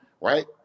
right